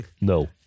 No